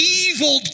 evil